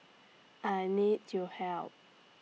I need your help